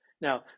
Now